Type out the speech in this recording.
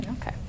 okay